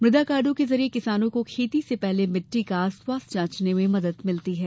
मुद्रा कार्डो के जरिए किसानों को खेती से पहले मिट्टी का स्वास्थ्य जांचने में मदद मिलती है